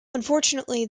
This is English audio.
unfortunately